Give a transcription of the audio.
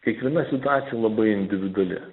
kiekviena situacija labai individuali